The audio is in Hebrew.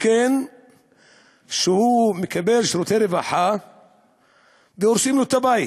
זקן שמקבל שירותי רווחה והורסים לו את הבית.